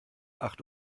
acht